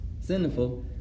Sinful